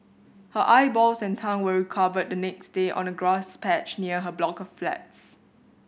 her eyeballs and tongue were recovered the next day on a grass patch near her block of flats